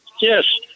Yes